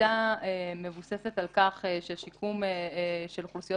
התפיסה מבוססת על כך ששיקום של אוכלוסיות